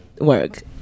work